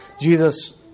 Jesus